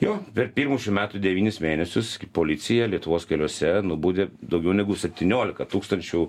jo per pirmus šių metų devynis mėnesius policija lietuvos keliuose nubaudė daugiau negu septyniolika tūkstančių